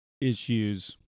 issues